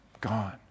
Gone